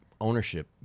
ownership